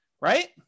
right